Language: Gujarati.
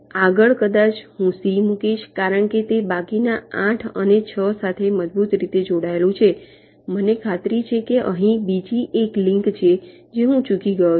આગળ કદાચ હું C મૂકીશ કારણ કે તે બાકીના 8 અને 6 સાથે મજબૂત રીતે જોડાયેલું છે મને ખાતરી છે કે અહીં બીજી એક લિંક છે જે હું ચૂકી ગયો છું